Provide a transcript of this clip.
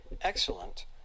excellent